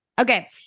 okay